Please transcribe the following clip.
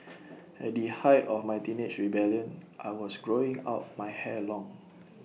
at the height of my teenage rebellion I was growing out my hair long